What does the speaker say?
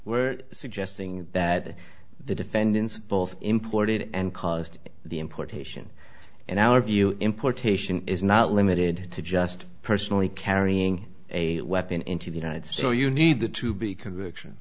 were suggesting that the defendants both imported and caused the importation in our view importation is not limited to just personally carrying a weapon into the united states you need that to be conviction